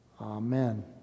Amen